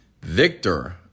victor